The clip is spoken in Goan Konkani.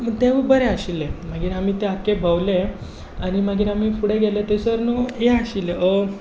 तेंवूय बरें आशिल्लें मागीर ते आमी आख्खें भोवले आनी मागीर आमी फुडे गेले थंयसर न्हु ये आशिल्लें